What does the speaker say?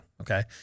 okay